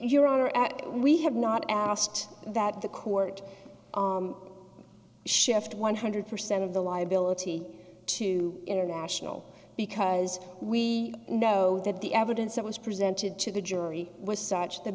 at we have not asked that the court shift one hundred percent of the liability to international because we know that the evidence that was presented to the jury was such that